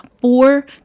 four